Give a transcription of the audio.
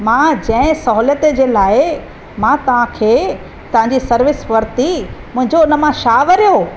मां जंहिं सहुलियत जे लाइ मां तव्हांखे तव्हांजी सर्विस वरिती मुंहिंजो हुन मां छा वरियो